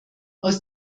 aus